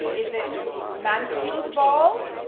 is it mansfield ball,